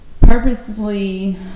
purposely